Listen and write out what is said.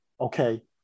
okay